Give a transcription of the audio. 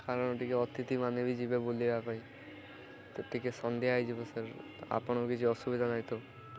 କାରଣ ଟିକେ ଅତିଥି ମାନେ ବି ଯିବେ ବୁଲିବା ପାଇଁ ତ ଟିକେ ସନ୍ଧ୍ୟା ହେଇଯିବ ସାର୍ ଆପଣଙ୍କୁ କିଛି ଅସୁବିଧା ନାହିଁ ତ